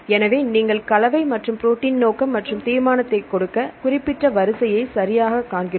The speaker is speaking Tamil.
எனவே நீங்கள் கலவை மற்றும் ப்ரோடீன் நோக்கம் மற்றும் தீர்மானத்தை கொடுக்க குறிப்பிட்ட வரிசையை சரியாகக் காண்கிறோம்